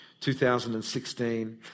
2016